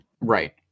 Right